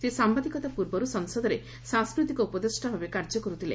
ସେ ସାମ୍ଭାଦିକତା ପୂର୍ବରୁ ସଂସଦରେ ସାଂସ୍କୃତିକ ଉପଦେଷ୍ଟା ଭାବେ କାର୍ଯ୍ୟ କରୁଥିଲେ